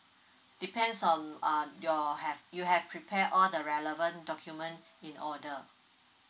depends on uh your have you have prepare all the relevant document in order